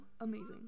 amazing